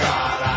God